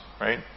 right